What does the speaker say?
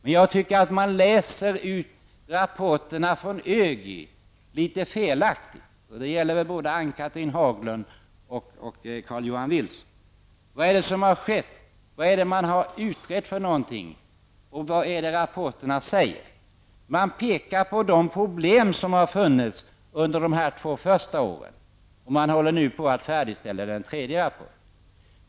Men jag tycker att både Ann Cathrine Haglund och Carl-Johan Wilson läser ur rapporten från ÖGY litet felaktigt. Vad är det som har skett? Vad har man utrett för någonting? Vad är det rapporterna säger? Man pekar på de problem som har funnits under de två första åren, och man håller nu på att färdigställa den tredje rapporten.